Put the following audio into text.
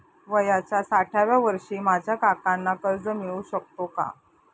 वयाच्या साठाव्या वर्षी माझ्या काकांना कर्ज मिळू शकतो का?